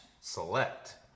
Select